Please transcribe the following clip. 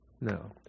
No